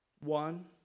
one